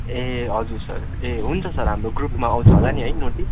ए हजुर सर ए हुन्छ सर हाम्रो ग्रुपमा आउँछ होला नि है नोटिस